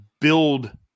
build